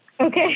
okay